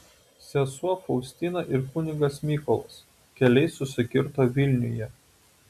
sesuo faustina ir kunigas mykolas keliai susikirto vilniuje